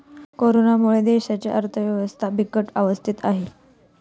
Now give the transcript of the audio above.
कोरोनामुळे देशाची अर्थव्यवस्था बिकट अवस्थेत आहे